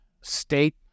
state